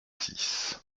six